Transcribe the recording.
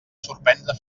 sorprendre